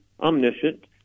omniscient